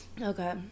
Okay